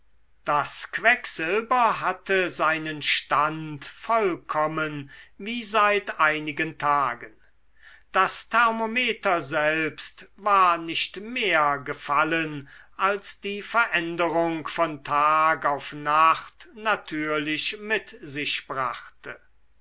das quecksilber hatte seinen stand vollkommen wie seit einigen tagen das thermometer selbst war nicht mehr gefallen als die veränderung von tag auf nacht natürlich mit sich brachte